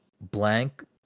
blank